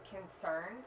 concerned